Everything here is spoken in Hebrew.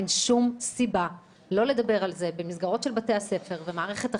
אין שום סיבה לא לדבר על זה במסגרות של בתי הספר ובמערכת החינוך.